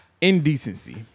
Indecency